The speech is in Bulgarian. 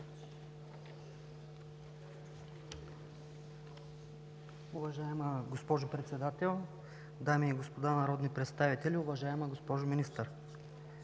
Уважаема госпожо Председател, дами и господа народни представители, уважаема госпожо Министър!